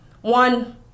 one